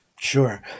Sure